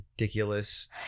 ridiculous